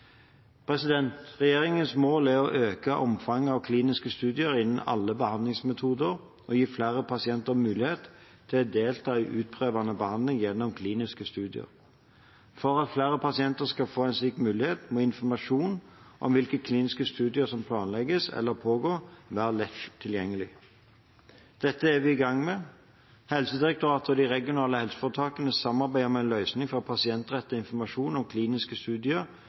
Regjeringens mål er å øke omfanget av kliniske studier innen alle behandlingsmetoder og å gi flere pasienter mulighet til å delta i utprøvende behandling gjennom kliniske studier. For at flere pasienter skal få en slik mulighet, må informasjon om hvilke kliniske studier som planlegges eller pågår, være lett tilgjengelig. Dette er vi i gang med. Helsedirektoratet og de regionale helseforetakene samarbeider om en løsning for pasientrettet informasjon om kliniske studier,